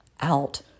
out